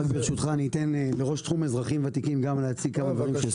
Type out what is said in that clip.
רק אני אתן לראש תחום אזרחים ותיקים גם להציג כמה דברים.